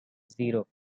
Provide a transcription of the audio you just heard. zero